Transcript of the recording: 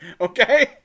Okay